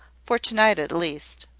for to-night at least.